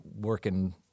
working